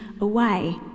away